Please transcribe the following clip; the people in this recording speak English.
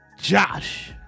Josh